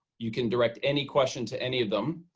you can direct any question to any of them,